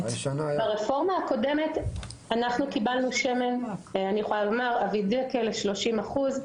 הקודמת קיבלנו שמן אבידקל ל-30%.